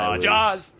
Jaws